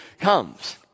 comes